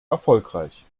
erfolgreich